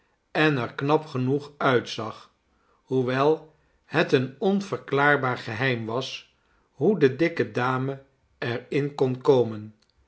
en er knap genoeg uitzag hoewel het een onverklaarbaar geheim was hoe de dikke dame er in kon komen